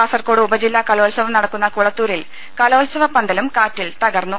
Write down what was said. കാസർകോട് ഉപജില്ലാ കലോത്സവം നടക്കുന്ന കുളത്തൂരിൽ കലോത്സവ പന്തലും കാറ്റിൽ തകർന്നു